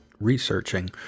researching